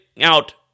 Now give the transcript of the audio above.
out